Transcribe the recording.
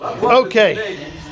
Okay